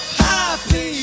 happy